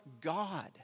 God